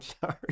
sorry